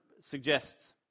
suggests